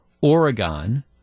Oregon